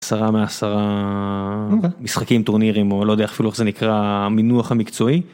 10 מ 10 משחקים טורנירים או לא יודע איך זה נקרא המינוח המקצועי.